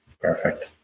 Perfect